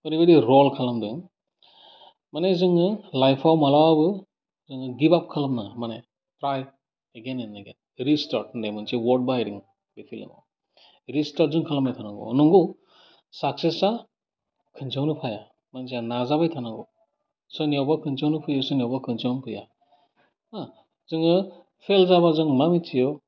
ओरैबादि रल खालामदों माने जोङो लाइभआव मालाबाबो जोङो गिबआफ खालामनाङा माने try again and again restart होननाय मोनसे अवार्द बाहायदों बे फिलिमाव रिस्टार्ट जों खालामबाय थानांगौ अह नंगौ साखसेसा खनसेयावनो फाइया मानसिया नाजाबाय थानांगौ सोरिनियावबा खनसेयावनो फैयो सोरनियावबो खनसेयावनो फैया हो जोङो फेइल जाबा जोङो मा मिथियो